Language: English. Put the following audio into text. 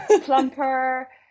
plumper